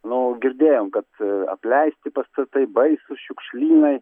nu girdėjom kad apleisti pastatai baisūs šiukšlynai